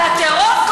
על הטרור?